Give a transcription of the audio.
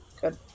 Good